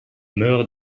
meurt